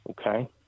okay